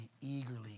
eagerly